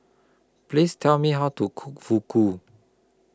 Please Tell Me How to Cook Fugu